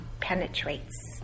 penetrates